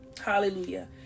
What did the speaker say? Hallelujah